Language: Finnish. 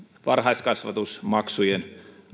varhaiskasvatusmaksujen